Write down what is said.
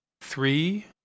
Three